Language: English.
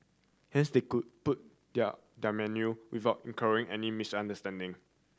hence they could put their menu without incurring any misunderstanding